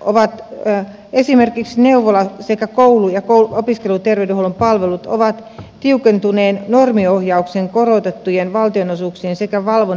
ovat yhä esimerkiksi neuvola sekä koulu ja opiskeluterveydenhuollon palvelut ovat tiukentuneen normiohjauksen korotettujen valtionosuuksien sekä valvonnan myötä parantuneet